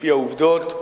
על-פי העובדות,